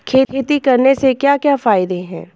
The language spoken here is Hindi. खेती करने से क्या क्या फायदे हैं?